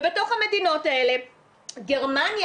ובתוך המדינות האלה גרמניה,